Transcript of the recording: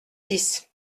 six